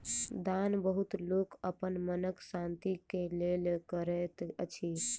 दान बहुत लोक अपन मनक शान्ति के लेल करैत अछि